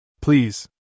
Please